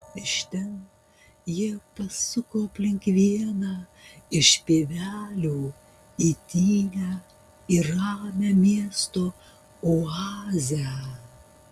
iš ten jie pasuko aplink vieną iš pievelių į tylią ir ramią miesto oazę